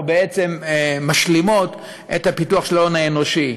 או בעצם משלימות את הפיתוח של ההון האנושי.